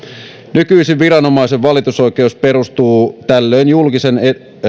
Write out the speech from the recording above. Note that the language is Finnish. nykyisin viranomaisen valitusoikeus perustuu tällöin julkisen